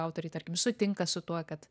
autoriai tarkim sutinka su tuo kad